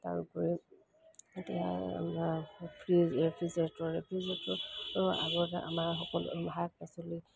তাৰোপৰি এতিয়া fridge refrigerator refrigerator আগতে আমাৰ সকলো শাক পাচলি